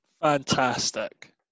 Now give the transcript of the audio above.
fantastic